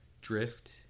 drift